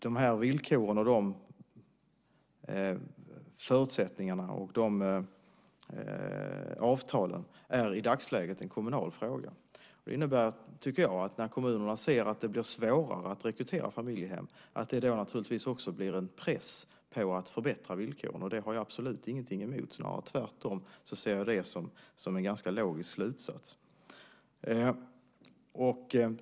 De här villkoren, förutsättningarna och avtalen är i dagsläget en kommunal fråga. Det innebär, tycker jag, att när kommunerna ser att det blir svårare att rekrytera familjehem blir det också en press på att förbättra villkoren. Det har jag absolut ingenting emot. Snarare ser jag det tvärtom som en ganska logisk slutsats.